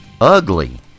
Ugly